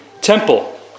temple